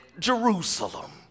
Jerusalem